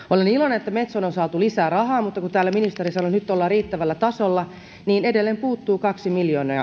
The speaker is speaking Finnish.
että metsoon on saatu lisää rahaa mutta kun täällä ministeri sanoi että nyt ollaan riittävällä tasolla niin edelleen puuttuu kaksi